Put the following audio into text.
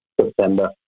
September